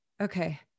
okay